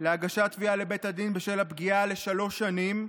להגשת תביעה לבית הדין בשל הפגיעה, לשלוש שנים,